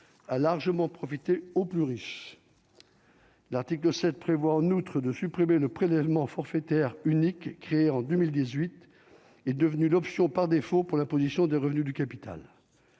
a largement profité aux plus riches, l'article 7 prévoit en outre de supprimer le prélèvement forfaitaire unique créé en 2018 est devenue l'option par défaut pour la position des revenus du capital,